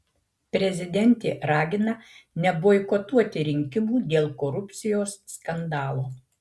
prezidentė ragina neboikotuoti rinkimų dėl korupcijos skandalo